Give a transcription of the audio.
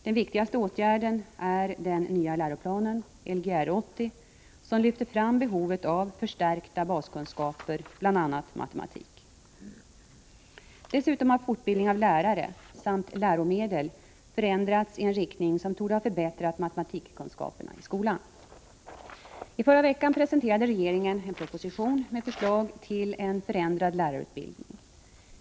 Den viktigaste åtgärden är den nya läroplanen — Lgr 80 — som lyfter fram behovet av förstärkta baskunskaper i bl.a. matematik. Dessutom har fortbildningen av lärare samt läromedlen förändrats i en riktning som torde ha förbättrat matematikkunskaperna i grundskolan. I förra veckan presenterade regeringen en proposition med förslag till en förändrad lärarutbildning.